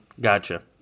Gotcha